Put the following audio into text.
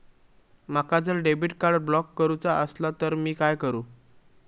माका जर debit card block करूचा असला तर मी काय करू?